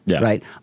right